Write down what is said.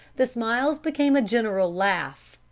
the smiles became a general laugh,